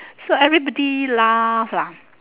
so everybody laugh lah